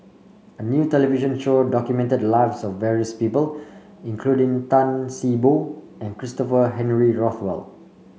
a new television show documented the lives of various people including Tan See Boo and Christopher Henry Rothwell